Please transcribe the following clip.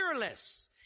Fearless